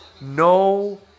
No